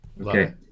Okay